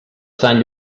sant